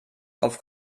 auf